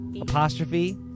apostrophe